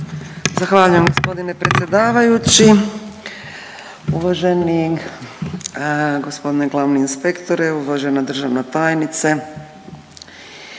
Zahvaljujem g. predsjedavajući, uvaženi g. glavni inspektore, uvažena državna tajnice.